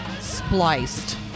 spliced